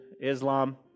Islam